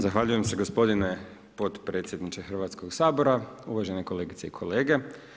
Zahvaljujem se gospodine podpredsjedniče Hrvatskog sabora, uvaženi kolegice i kolege.